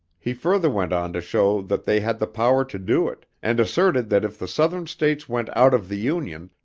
he further went on to show that they had the power to do it, and asserted that if the southern states went out of the union,